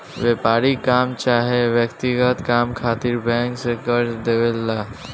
व्यापारिक काम चाहे व्यक्तिगत काम खातिर बैंक जे कर्जा देवे ला